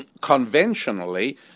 conventionally